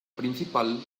principal